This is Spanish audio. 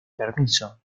permiso